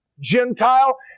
Gentile